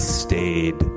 stayed